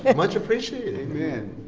and much appreciated. amen.